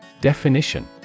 Definition